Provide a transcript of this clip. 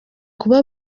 kuba